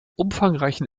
umfangreichen